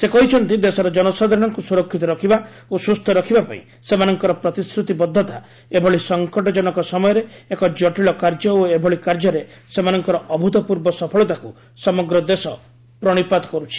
ସେ କହିଛନ୍ତି ଦେଶର ଜନସାଧାରଣଙ୍କୁ ସୁରକ୍ଷିତ ରଖିବା ଓ ସୁସ୍ଥ ରଖିବାପାଇଁ ସେମାନଙ୍କର ପ୍ରତିଶ୍ରତିବଦ୍ଧତା ଏଭଳି ସଙ୍କଟଜନକ ସମୟରେ ଏକ ଜଟିଳ କାର୍ଯ୍ୟ ଓ ଏଭଳି କାର୍ଯ୍ୟରେ ସେମାନଙ୍କର ଅଭୂତପୂର୍ବ ସଫଳତାକୁ ସମଗ୍ର ଦେଶ ପ୍ରଣିପାତ କରୁଛି